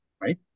right